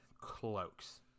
cloaks